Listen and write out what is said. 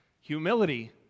Humility